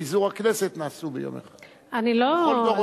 לפיזור הכנסת נעשו ביום אחד, לכל דורותיה.